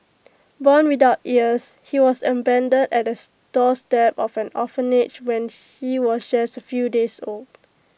born without ears he was abandoned at the doorstep of an orphanage when he was just A few days old